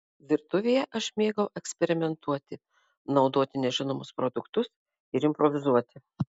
virtuvėje aš mėgau eksperimentuoti naudoti nežinomus produktus ir improvizuoti